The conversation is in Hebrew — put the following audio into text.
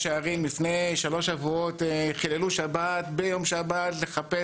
במאה שערים לפני שלושה שבועות חיללו שבת כדי לחפש,